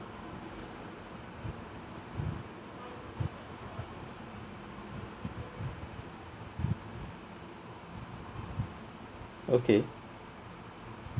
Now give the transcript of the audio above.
okay